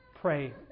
pray